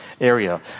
area